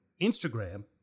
Instagram